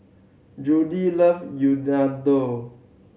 Judy love